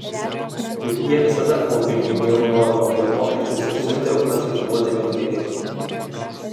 juk jie visada popiežiui mielu noru mokėjo mokesčius ir siuntė aukas už nuodėmių atleidimą